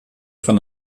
von